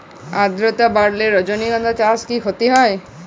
আদ্রর্তা বাড়লে রজনীগন্ধা চাষে কি ক্ষতি হয়?